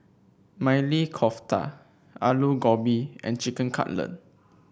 Maili Kofta Alu Gobi and Chicken Cutlet